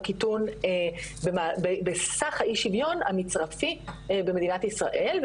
קיטון בסך האי שוויון המצרפי במדינת ישראל.